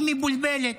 היא מבולבלת,